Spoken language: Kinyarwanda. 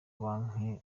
banki